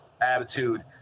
attitude